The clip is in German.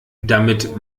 damit